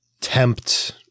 tempt